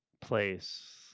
place